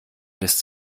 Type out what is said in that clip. lässt